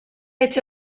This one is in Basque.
etxe